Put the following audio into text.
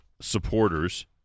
supporters